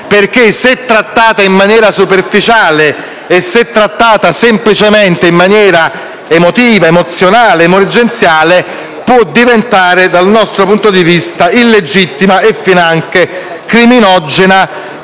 perché, se trattata in maniera superficiale e se trattata semplicemente in maniera emotiva, emozionale ed emergenziale, può diventare illegittima e finanche criminogena,